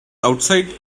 outside